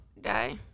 die